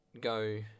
go